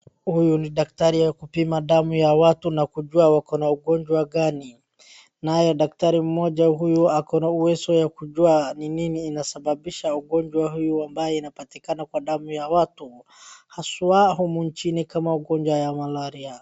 Huyu ni daktari wa kupima damu ya watu na kujua wako na ugonjwa gani. Naye daktari mmoja huyu ako na uwezo wa kujua ni nini inasababisha ugonjwa huu ambao inapatikana kwa damu ya watu haswaa humu nchini kama ugonjwa ya malaria.